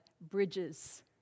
bridges